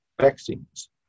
vaccines